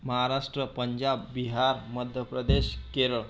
Maharashtra Punjab Bihar Madhya Pradesh Kerala